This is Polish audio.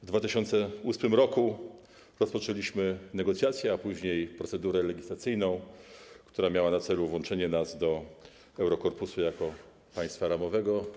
W 2008 r. rozpoczęliśmy negocjacje, a później procedurę legislacyjną, która miała na celu włączenie nas do Eurokorpusu jako państwa ramowego.